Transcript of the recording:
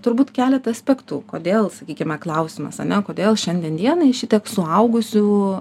turbūt keletą aspektų kodėl sakykime klausimas ar ne kodėl šiandien dienai šitiek suaugusių